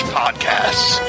podcasts